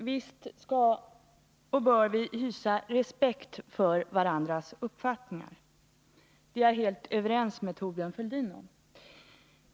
Herr talman! Visst bör vi hysa respekt för varandras uppfattningar; det är jag helt överens med Thorbjörn Fälldin om.